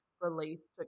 released